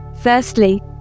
Firstly